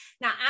now